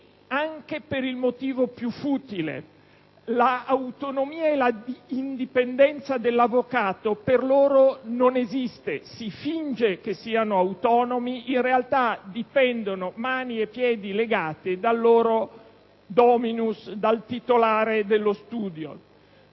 anche per il motivo più futile. L'autonomia e l'indipendenza dell'avvocato per loro non esistono. Si finge che siano autonomi, in realtà dipendono a tutti gli effetti dal loro *dominus*, dal titolare dello studio.